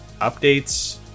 updates